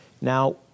Now